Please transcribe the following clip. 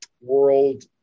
World